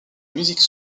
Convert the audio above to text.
musique